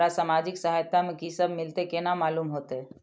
हमरा सामाजिक सहायता में की सब मिलते केना मालूम होते?